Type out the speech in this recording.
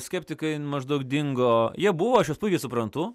skeptikai maždaug dingo jie buvo aš juos puikiai suprantu